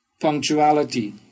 punctuality